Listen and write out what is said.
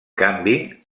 canvi